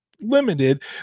limited